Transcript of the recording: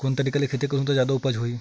कोन तरीका ले खेती करहु त जादा उपज होही?